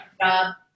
job